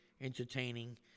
entertaining